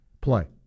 play